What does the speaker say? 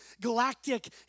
galactic